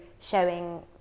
showing